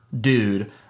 dude